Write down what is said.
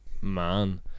man